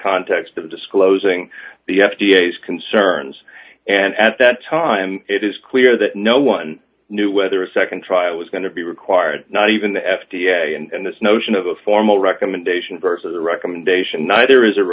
context of disclosing the f d a as concerns and at that time it is clear that no one knew whether a nd trial was going to be required not even the f d a and this notion of a formal recommendation versus a recommendation neither is a